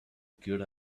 good